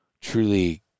truly